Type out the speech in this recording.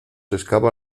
escapa